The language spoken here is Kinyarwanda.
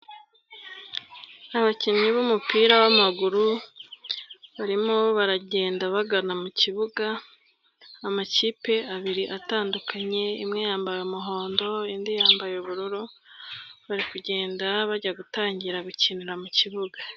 Abakinnyi b'umupira w'amaguru barimo baragenda bagana mu kibuga, amakipe abiri atandukanye, imwe yambaye umuhondo, indi yambaye ubururu, bari kugenda bajya gutangira gukinira mu kibuga.